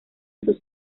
sus